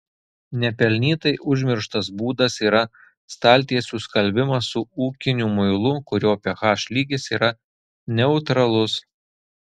nepelnytai užmirštas būdas yra staltiesių skalbimas su ūkiniu muilu kurio ph lygis yra neutralus